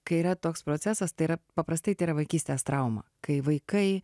kai yra toks procesas tai yra paprastai tai yra vaikystės trauma kai vaikai